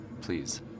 Please